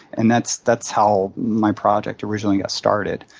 and that's that's how my project originally got started.